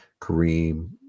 Kareem